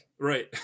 Right